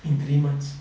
in three months